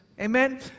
Amen